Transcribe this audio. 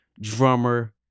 drummer